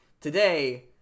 today